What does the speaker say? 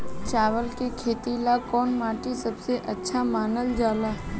चावल के खेती ला कौन माटी सबसे अच्छा मानल जला?